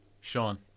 sean